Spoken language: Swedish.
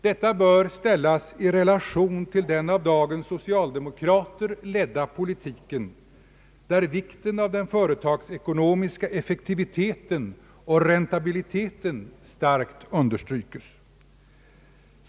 Detta bör ställas i relation till den av dagens socialdemokrater ledda politiken, där vikten av den företagsekonomiska effektiviteten och räntabiliteten starkt understrykes.